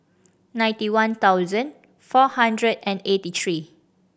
ninety one thousand four hundred and eighty three